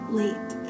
late